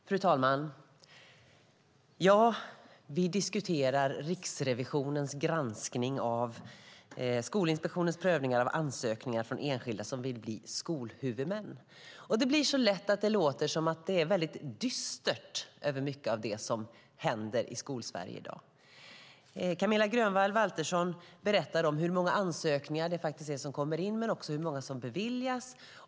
Fru talman! Vi diskuterar Riksrevisionens granskning av Skolinspektionens prövningar av ansökningar från enskilda som vill bli skolhuvudmän. Det blir så lätt att det låter som att väldigt mycket av det som händer i Skolsverige i dag är väldigt dystert. Camilla Waltersson Grönvall berättade om hur många ansökningar som kommer in men också hur många som beviljas.